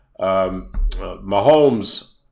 Mahomes